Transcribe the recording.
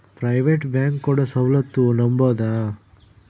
Private bank ಕೊಡೊ ಸೌಲತ್ತು ನಂಬಬೋದ?